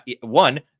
One